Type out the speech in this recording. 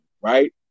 right